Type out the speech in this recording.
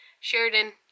Sheridan